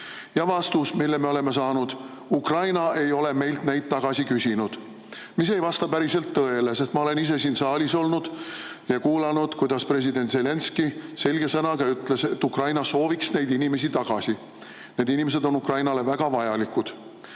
Ja vastus, mille me oleme saanud: Ukraina ei ole meilt neid tagasi küsinud. Mis ei vasta päriselt tõele, sest ma olen ise siin saalis olnud ja kuulanud, kuidas president Zelenskõi selge sõnaga ütles, et Ukraina sooviks neid inimesi tagasi. Need inimesed on Ukrainale väga vajalikud,